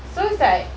so it's like